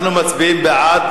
אנחנו מצביעים: בעד,